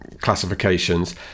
classifications